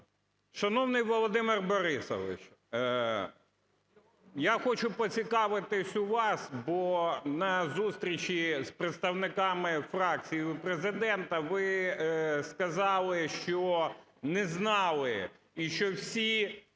Шановний Володимир Борисович, я хочу поцікавитись у вас, бо на зустрічі з представниками фракції у Президента ви сказали, що не знали, і що всі